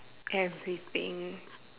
everything